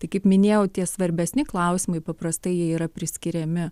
tai kaip minėjau tie svarbesni klausimai paprastai jie yra priskiriami